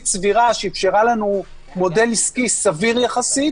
סבירה שאפשרה לנו מודל עסקי סביר יחסית.